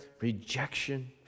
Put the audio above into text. rejection